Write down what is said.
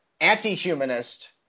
anti-humanist